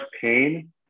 pain